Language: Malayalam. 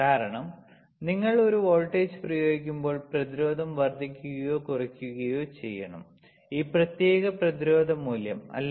കാരണം നിങ്ങൾ ഒരു വോൾട്ടേജ് പ്രയോഗിക്കുമ്പോൾ പ്രതിരോധം വർദ്ധിക്കുകയോ കുറയ്ക്കുകയോ ചെയ്യണം പ്രത്യേക പ്രതിരോധ മൂല്യം അല്ലേ